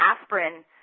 aspirin